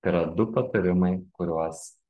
tai yra du patarimai kuriuos